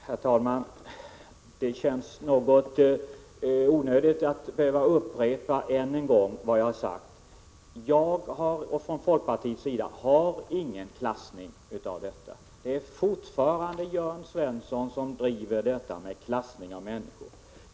Herr talman! Det känns något onödigt att återigen behöva upprepa vad jag sagt. Både jag och folkpartiet gör inga klassningar av detta. Det är fortfarande Jörn Svensson som driver diskussionen om klassning av människor.